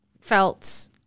felt